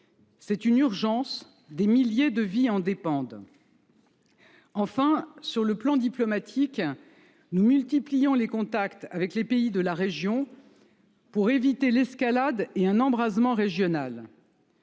C’est une urgence, des milliers de vies en dépendent. Enfin, du point de vue diplomatique, nous multiplions les contacts avec les pays de la région pour éviter l’escalade et un embrasement régional.